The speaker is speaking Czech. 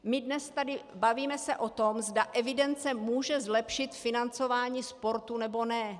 My se dnes bavíme o tom, zda evidence může zlepšit financování sportu, nebo ne.